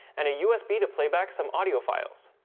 and a usb to playback some audio files.